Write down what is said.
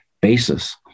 basis